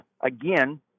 Again